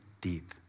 deep